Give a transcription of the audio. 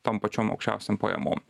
tom pačiom aukščiausiom pajamom